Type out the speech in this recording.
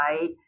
right